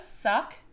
suck